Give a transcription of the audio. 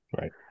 Right